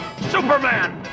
Superman